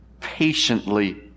patiently